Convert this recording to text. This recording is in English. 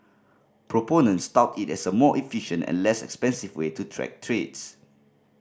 proponents tout it as a more efficient and less expensive way to track trades